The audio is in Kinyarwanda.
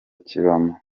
kibamo